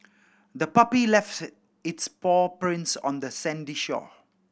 the puppy left its paw prints on the sandy shore